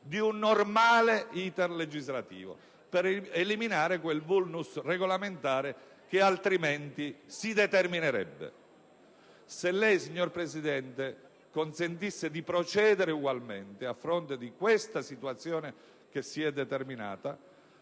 di un normale *iter* legislativo, per eliminare quel *vulnus* regolamentare che altrimenti si determinerebbe. Se lei, signor Presidente, a fronte di questa situazione che si è determinata